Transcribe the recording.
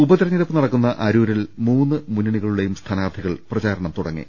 ഉപതെരഞ്ഞെടുപ്പ് നടക്കുന്ന അരൂരിൽ മൂന്നു മുന്നണികളുടെയും സ്ഥാനാർത്ഥികൾ പ്രചാരണം തുടങ്ങി